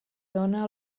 dóna